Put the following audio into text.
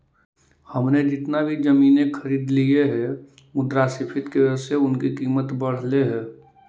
हमने जितना भी जमीनें खरीदली हियै मुद्रास्फीति की वजह से उनकी कीमत बढ़लई हे